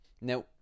Now